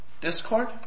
discord